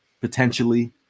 potentially